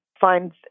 find